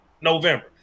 november